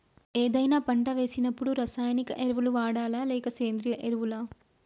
ఏదైనా పంట వేసినప్పుడు రసాయనిక ఎరువులు వాడాలా? లేక సేంద్రీయ ఎరవులా?